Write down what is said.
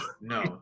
No